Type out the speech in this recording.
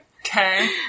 okay